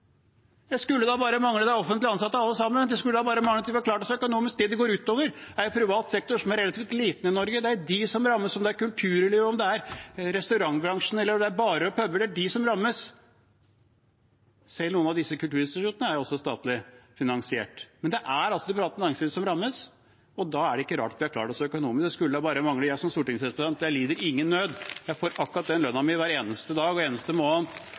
skulle bare mangle, det er offentlig ansatte alle sammen – det skulle bare mangle at vi har klart oss økonomisk. Det det går ut over, er privat sektor, som er relativt liten i Norge. Det er de som rammes, om det er kultur, om det er restaurantbransjen, eller om det er barer og puber. Det er de som rammes. Selv noen av disse kulturinstitusjonene er også statlig finansiert. Det er det private næringsliv som rammes, og da er det ikke rart vi har klart oss økonomisk – det skulle bare mangle. Jeg som stortingsrepresentant lider ingen nød, jeg får lønnen min hver eneste dag og hver eneste måned